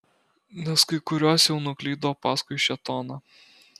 nes kai kurios jau nuklydo paskui šėtoną